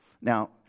Now